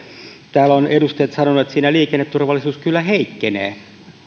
täällä ovat edustajat sanoneet siinä liikenneturvallisuus kyllä heikkenee